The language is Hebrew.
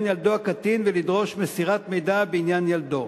ילדו הקטין ולדרוש מסירת מידע בעניין ילדו.